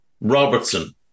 Robertson